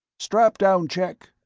strapdown check,